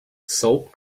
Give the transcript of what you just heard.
soap